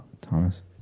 Thomas